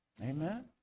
Amen